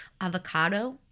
avocado